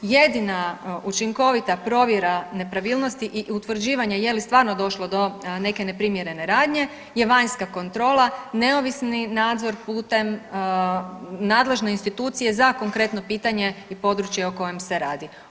Jedina učinkovita provjera nepravilnosti i utvrđivanja je li stvarno došlo do neke neprimjerene radnje je vanjska kontrola, neovisni nadzor putem nadležne institucije za konkretno pitanje i područje o kojem se radi.